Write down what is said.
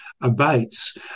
abates